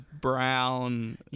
brown